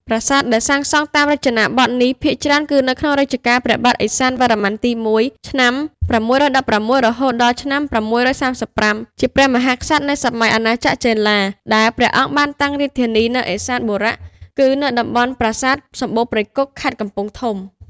ប្រាសាទដែលសាងសង់តាមររចនាបថនេះ ភាគច្រើនគឺនៅក្នុងរជ្ជកាលព្រះបាទឦសានវរ្ម័នទី១ ឆ្នាំ៦១៦ រហូតដល់ ឆ្នាំ៦៣៥ ជាព្រះមហាក្សត្រនៃអាណាចក្រចេនឡា ដែលព្រះអង្គបានតាំងរាជធានីនៅឦសានបុរៈ គឺនៅតំបន់ប្រាសាទសំបូរព្រៃគុក ខេត្តកំពង់ធំ ។